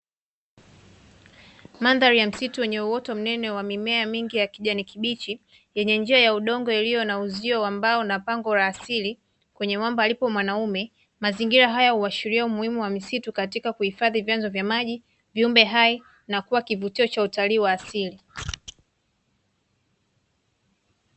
Mandhari ya msitu yenye uoto mnene wa mimea mingi ya kijani kibichi yenye njia ya udongo ilio na uzio wa mbao na pango la asili kwenye mwamba alipo mwanaume. Mazingira haya huashilia umuhimu wa misitu katika kuhifadhi vyanzo vya maji, viumbe hai na kuwa kivutio cha utalii wa asili.